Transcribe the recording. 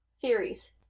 Theories